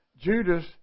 Judas